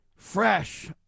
Fresh